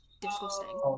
disgusting